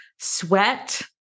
sweat